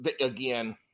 again